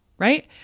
right